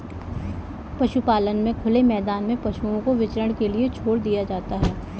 पशुपालन में खुले मैदान में पशुओं को विचरण के लिए छोड़ दिया जाता है